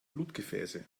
blutgefäße